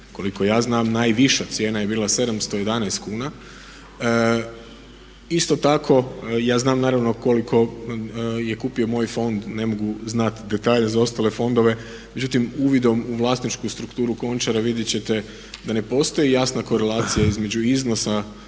koliko ja znam najviša cijena je bila 711 kuna. Isto tako ja znam naravno koliko je kupio moj fond, ne mogu znat detalje za ostale fondove. Međutim, uvidom u vlasničku strukturu Končara vidjet ćete da ne postoji jasna korelacija između iznosa